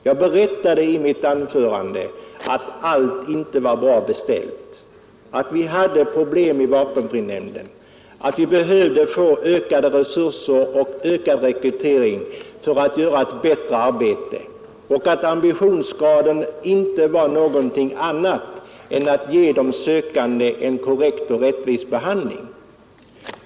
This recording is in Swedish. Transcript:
Jag berättade i mitt anförande att allt inte var bra beställt, att vi hade problem i vapenfrinämnden, att vi behövde få ökade resurser och ökad rekrytering för att få ett bättre arbete och att ambitionen inte var annan än att ge de sökande en korrekt och rättvis behandling.